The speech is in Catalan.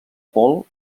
paul